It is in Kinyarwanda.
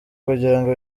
kugirango